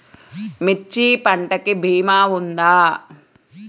మిర్చి పంటకి భీమా ఉందా?